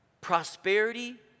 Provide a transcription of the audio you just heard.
prosperity